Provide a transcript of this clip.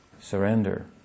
Surrender